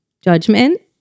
judgment